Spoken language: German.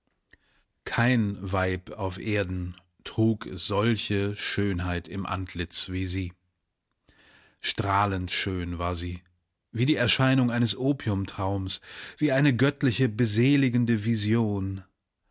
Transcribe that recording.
kein weib auf erden trug solche schönheit im antlitz wie sie strahlend schön war sie wie die erscheinung eines opiumtraumes wie eine göttliche beseligende vision